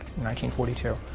1942